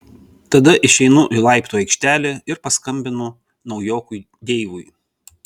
tada išeinu į laiptų aikštelę ir paskambinu naujokui deivui